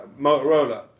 Motorola